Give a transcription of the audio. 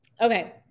Okay